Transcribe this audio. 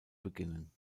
beginnen